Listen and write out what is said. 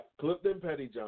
cliftonpettyjohn